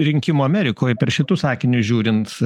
rinkimų amerikoj per šitus akinius žiūrint